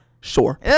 sure